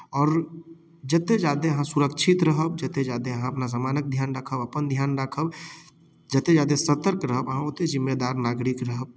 आओर जतेक ज्यादे अहाँ सुरक्षित रहब जतेक ज्यादे अहाँ अपन सामानक ध्यान राखब अपन ध्यान राखब जतेक ज्यादे सतर्क रहब अहाँ ओतेक जिम्मेदार नागरिक रहब